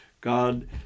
God